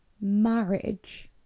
Marriage